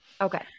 Okay